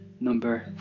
number